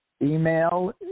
Email